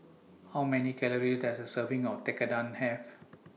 How Many Calories Does A Serving of Tekkadon Have